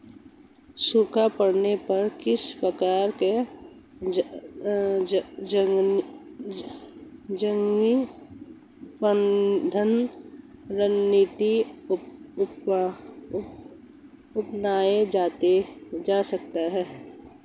सूखा पड़ने पर किस प्रकार की जोखिम प्रबंधन रणनीति अपनाई जा सकती है?